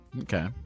Okay